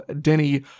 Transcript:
Denny